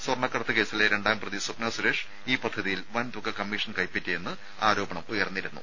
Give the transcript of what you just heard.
സ്വർണ്ണക്കടത്ത് കേസിലെ രണ്ടാം പ്രതി സ്വപ്ന സുരേഷ് ഈ പദ്ധതിയിൽ വൻ തുക കമ്മീഷൻ കൈപ്പറ്റിയെന്ന് ആരോപണം ഉയർന്നിരുന്നു